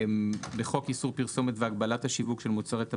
זה דווקא יום שבו נפטר אחד מן הצדיקים בדורות החסידים,